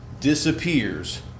disappears